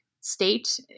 state